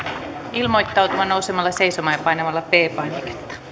ilmoittautumaan nousemalla seisomaan ja painamalla p